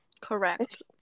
Correct